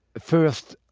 first,